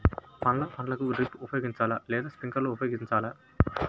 పండ్ల పంటలకు డ్రిప్ ఉపయోగించాలా లేదా స్ప్రింక్లర్ ఉపయోగించాలా?